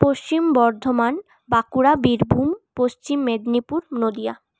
Paschim Bardhaman Bankura Birbhum Paschim Medinipur Nadia